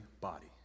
body